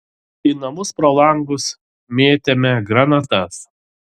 į namus pro langus mėtėme granatas